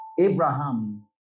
Abraham